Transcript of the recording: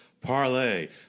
parlay